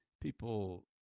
people